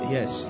Yes